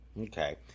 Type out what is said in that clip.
Okay